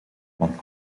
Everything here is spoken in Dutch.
want